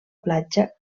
platja